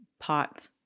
pot